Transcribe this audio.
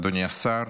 אדוני השר,